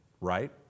Right